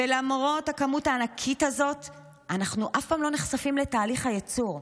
ולמרות הכמות הענקית הזאת אנחנו אף פעם לא נחשפים לתהליך הייצור,